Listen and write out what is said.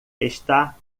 está